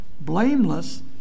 blameless